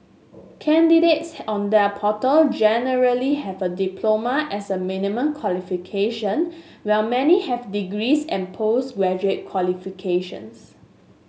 candidates on their portal generally have a diploma as a minimum qualification while many have degrees and post graduate qualifications